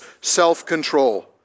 self-control